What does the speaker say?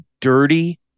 dirty